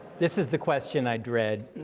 this is the question i dread.